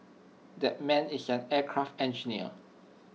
that man is an aircraft engineer